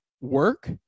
work